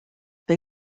they